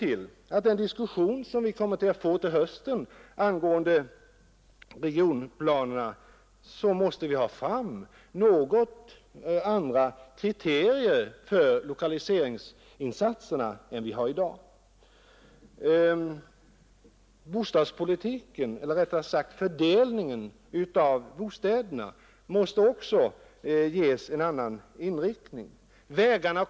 I den diskussion som vi kommer att få till hösten angående regionplanerna måste vi få fram andra kriterier för lokaliseringsinsatserna än vad vi har i dag. Bostadspolitiken — eller rättare sagt fördelningen av bostäderna — måste också ges en annan inriktning.